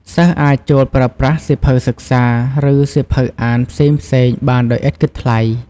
សិស្សអាចចូលប្រើប្រាស់សៀវភៅសិក្សា ឬសៀវភៅអានផ្សេងៗបានដោយឥតគិតថ្លៃ។